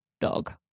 dog